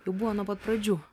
jau buvo nuo pat pradžių